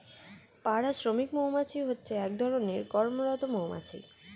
পাড়া শ্রমিক মৌমাছি হচ্ছে এক ধরণের কর্মরত মৌমাছি